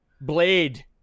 Blade